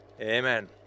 Amen